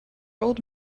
old